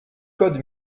code